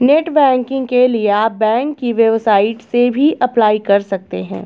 net banking के लिए आप बैंक की वेबसाइट से भी अप्लाई कर सकते है